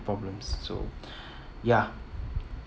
problems so ya